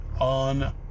on